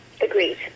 Agreed